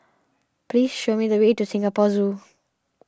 please show me the way to Singapore Zoo